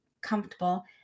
comfortable